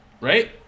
Right